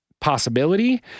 possibility